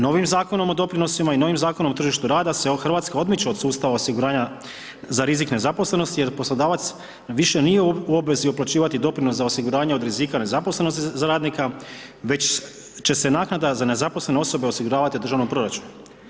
Novim Zakonom o doprinosima i novim Zakonom o tržištu rada se Hrvatska odmiče od sustava osiguranja za rizik nezaposlenosti jer poslodavac više nije u obvezi uplaćivati doprinos za osiguranje od rizika nezaposlenosti za radnika već će se naknada za nezaposlene osobe osiguravati u državnom proračunu.